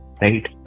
Right